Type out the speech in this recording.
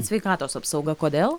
sveikatos apsauga kodėl